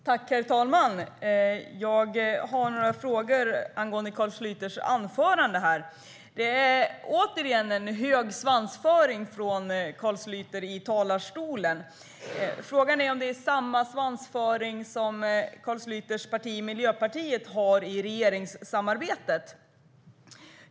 Herr talman! Jag har några frågor angående Carl Schlyters anförande här. Det är återigen en hög svansföring från Carl Schlyter i talarstolen. Frågan är om Carl Schlyters parti Miljöpartiet har lika hög svansföring i regeringssamarbetet.